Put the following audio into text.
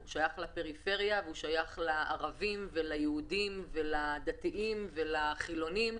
- פריפריה, ערבים, יהודים, דתיים, חילוניים.